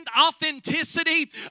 authenticity